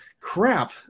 Crap